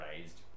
raised